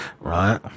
right